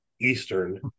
Eastern